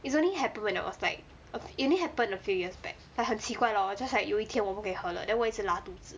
is only happen when I was a few it only happened a few years back like 很奇怪 lor just like 有一天我不可以喝了 then 我一直拉肚子